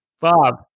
Bob